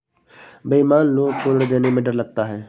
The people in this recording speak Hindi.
बेईमान लोग को ऋण देने में डर लगता है